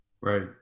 Right